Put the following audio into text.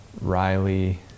Riley